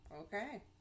Okay